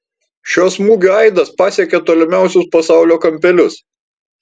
šio smūgio aidas pasiekė tolimiausius pasaulio kampelius